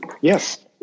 Yes